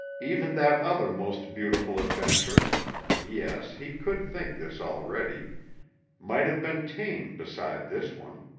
even that other most beautiful adventure yes, he could think this already might have been tame beside this one.